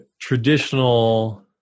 traditional